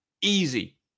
easy